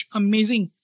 amazing